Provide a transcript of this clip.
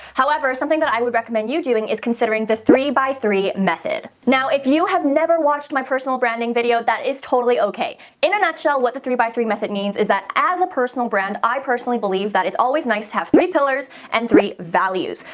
however, something that i would recommend you doing is considering the three by three method. now, if you have never watched my personal branding video, that is totally okay. in a nutshell, what the three by three method means is that as a personal brand, i personally believe that it's always nice to have three pillars and three values.